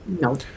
no